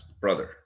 brother